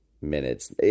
minutes